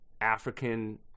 African